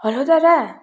hello Dada